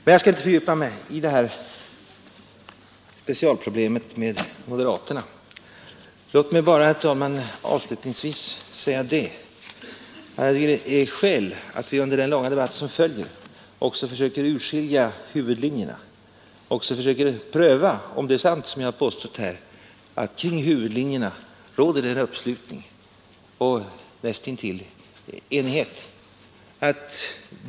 Jag skall inte fördjupa mig i detta med moderaterna. Låt mig bara avslutningsvis säga, herr talman, att det finns skäl i att vi under den långa debatt som nu kommer att följa också försöker urskilja huvudlinjerna och försöker pröva om det är sant som jag har påstått här, att kring huvudlinjer och principer råder det nästintill enighet. I varje fall är, såvitt jag kan se, uppslutningen mycket stor!